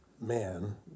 man